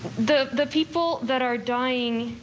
the the people that are dying.